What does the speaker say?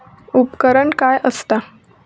उपकरण काय असता?